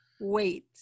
Wait